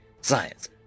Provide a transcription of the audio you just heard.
science